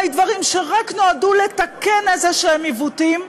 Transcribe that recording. דברים נועדו רק לתקן איזשהם עיוותים,